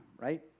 right